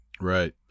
Right